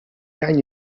can